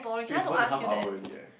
it's one and a half hour already leh